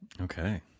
okay